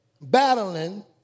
battling